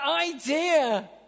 idea